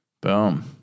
Boom